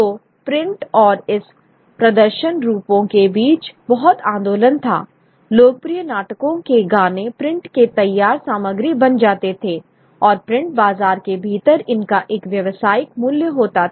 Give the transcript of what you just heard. तो प्रिंट और इन प्रदर्शन रूपों के बीच बहुत आंदोलन था लोकप्रिय नाटकों के गाने प्रिंट के तैयार सामग्री बन जाते थे और प्रिंट बाजार के भीतर इनका एक व्यावसायिक मूल्य होता था